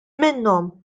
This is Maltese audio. minnhom